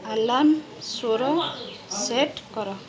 alarm ସ୍ୱର set କର